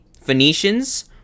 Phoenicians